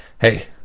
hey